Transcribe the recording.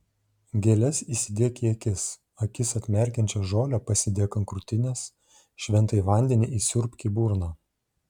gėles įsidėk į akis akis atmerkiančią žolę pasidėk ant krūtinės šventąjį vandenį įsiurbk į burną